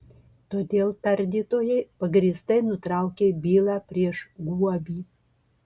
todėl tardytojai pagrįstai nutraukė bylą prieš guobį